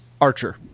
Archer